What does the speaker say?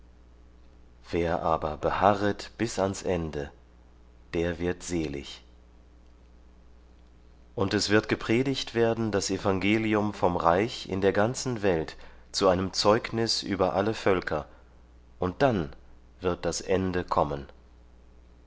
wer aber beharret bis ans ende der wird selig und es wird gepredigt werden das evangelium vom reich in der ganzen welt zu einem zeugnis über alle völker und dann wird das ende kommen